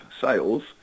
sales